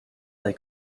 they